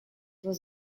was